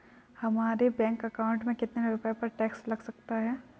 हमारे bank account में कितने रुपये पर टैक्स लग सकता है?